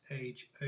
age